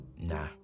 nah